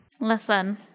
Listen